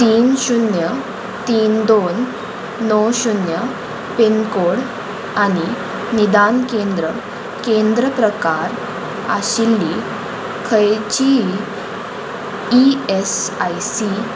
तीन शुन्य तीन दोन णव शुन्य पिनकोड आनी निदान केंद्र केंद्र प्रकार आशिल्ली खंयचीय ई एस आय सी